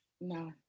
no